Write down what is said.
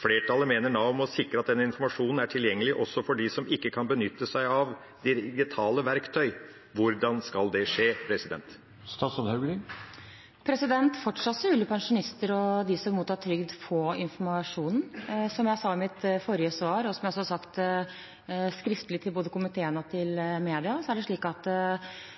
«Flertallet mener Nav må sikre at denne informasjonen er tilgjengelig også for de som ikke kan benytte seg av digitale verktøy.» Hvordan skal det skje? Fortsatt vil pensjonister og de som mottar trygd, få informasjon. Som jeg sa i mitt forrige svar, og som jeg også har svart skriftlig til både komiteen og media, er det slik at